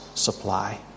supply